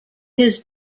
his